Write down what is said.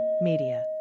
Media